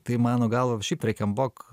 tai mano galva ši freken bok